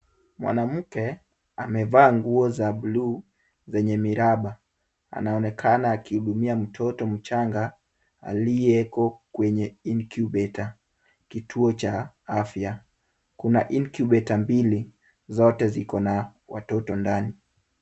Mwanamke amevaa nguo za bluu zenye miraba, anaonekana akihudumia mtoto mchanga alioko kwenye incubator , kituo cha afya. Kuna incubator mbili, zote ziko na watoto ndani.